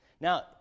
Now